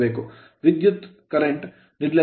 ವಿದ್ಯುತ್ ಕಾಂತೀಯಗೊಳಿಸುವ current current ನಿರ್ಲಕ್ಷಿಸಿ